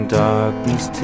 darkness